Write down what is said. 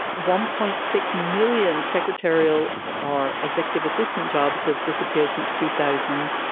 one point six million secretarial or executive assistant jobs have disappeared since two thousand.